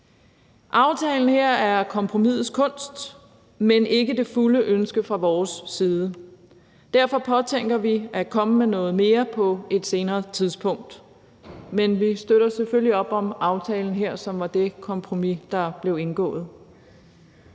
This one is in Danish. Aftalen her er kompromisets kunst, men er ikke udtryk for det fulde ønske fra vores side. Derfor påtænker vi at komme med noget mere på et senere tidspunkt. Men vi støtter selvfølgelig op om aftalen her, som er det kompromis, der blev indgået.